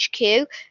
HQ